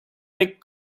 dek